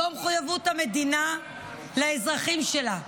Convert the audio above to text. זו מחויבות המדינה לאזרחים שלה.